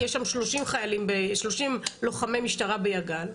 כי יש שם 30 לוחמי משטרה ביגל,